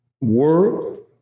work